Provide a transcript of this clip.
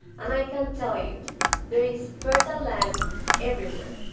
and i can tell you there is fertile land everywhere,